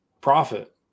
profit